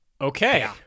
Okay